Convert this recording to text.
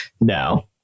No